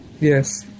Yes